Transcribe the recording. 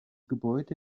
gebäude